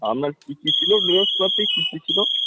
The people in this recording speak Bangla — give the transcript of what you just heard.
আপনার কি কি ছিলো জিনিসপাতি কি কি ছিলো